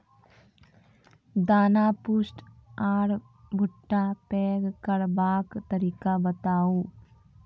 दाना पुष्ट आर भूट्टा पैग करबाक तरीका बताऊ?